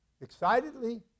excitedly